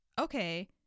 okay